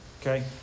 Okay